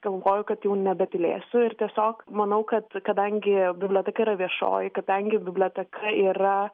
galvoju kad jau nebetylėsiu ir tiesiog manau kad kadangi biblioteka yra viešoji kadangi biblioteka yra